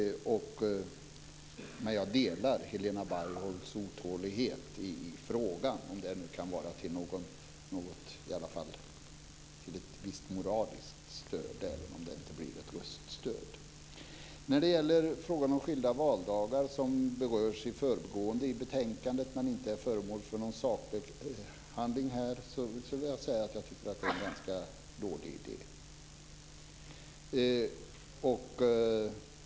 Jag delar Helena Bargholtz otålighet i frågan, om det kan vara ett visst moraliskt stöd när det nu inte blir ett röststöd. När det gäller skilda valdagar, som berörs i förbigående i betänkandet men inte är föremål för någon sakbehandling, vill jag säga att jag tycker att det är en ganska dålig idé.